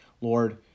Lord